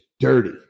Dirty